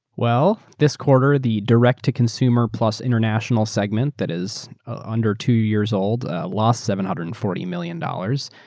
well, this quarter, the direct-to-consumer plus international segment that is under two years old, lost seven hundred and forty million dollars.